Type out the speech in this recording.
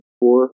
four